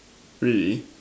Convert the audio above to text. really